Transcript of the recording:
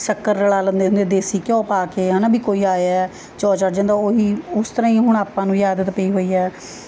ਸ਼ੱਕਰ ਰਲ਼ਾ ਲੈਂਦੇ ਹੁੰਦੇ ਦੇਸੀ ਘਿਓ ਪਾ ਕੇ ਹੈ ਨਾ ਵੀ ਕੋਈ ਆਇਆ ਚਾਅ ਚੜ੍ਹ ਜਾਂਦਾ ਉਹੀ ਉਸ ਤਰ੍ਹਾਂ ਹੀ ਹੁਣ ਆਪਾਂ ਨੂੰ ਹੀ ਆਦਤ ਪਈ ਹੋਈ ਹੈ